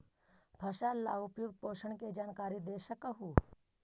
फसल ला उपयुक्त पोषण के जानकारी दे सक हु?